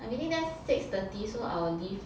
I'm meeting them six thirty so I'll leave